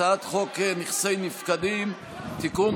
הצעת חוק נכנסי נפקדים (תיקון,